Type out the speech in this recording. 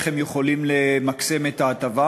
איך הם יכולים למקסם את ההטבה,